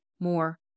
more